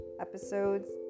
Episodes